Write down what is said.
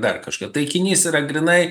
dar kažką taikinys yra grynai